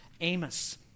Amos